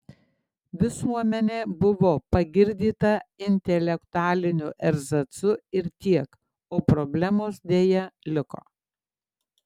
visuomenė buvo pagirdyta intelektualiniu erzacu ir tiek o problemos deja liko